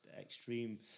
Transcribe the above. extreme